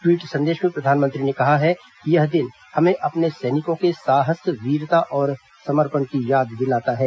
tweet संदेश में प्रधानमंत्री ने कहा है कि यह दिन हमें अपने सैनिकों के साहस वीरता और समर्पण की याद दिलाता है